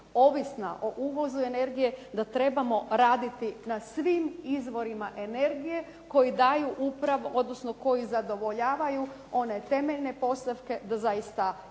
ovisna o uvozu energije da trebamo raditi na svim izvorima energije koji daju upravo odnosno koji zadovoljavaju one temeljne postavke da zaista imamo